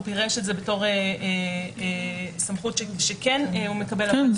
הוא פירש את זה בתור סמכות שהוא כן מקבל -- כן,